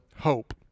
hope